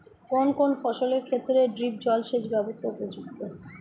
কোন কোন ফসলের ক্ষেত্রে ড্রিপ জলসেচ ব্যবস্থা উপযুক্ত?